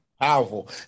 Powerful